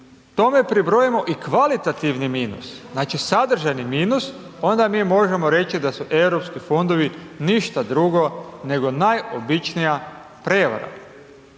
tome pribrojimo i kvalitativni minus, znači, sadržajni minus, onda mi možemo reći da su Europski fondovi ništa drugo, nego najobičnija prevara,